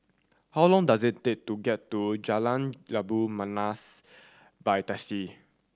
how long does it take to get to Jalan Labu Manis by taxi